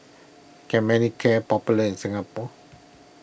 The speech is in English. can Manicare popular in Singapore